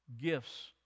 gifts